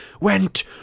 went